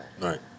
Right